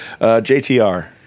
JTR